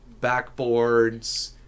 backboards